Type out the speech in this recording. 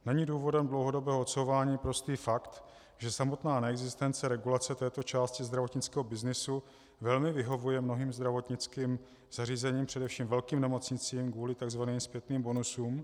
Není důvodem dlouhodobého odsouvání prostý fakt, že samotná neexistence regulace této části zdravotnického byznysu velmi vyhovuje mnohým zdravotnickým zařízením, především velkým nemocnicím, kvůli tzv. zpětným bonusům?